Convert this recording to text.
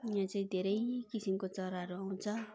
यहाँ चाहिँ धेरै किसिमको चराहरू आउँछ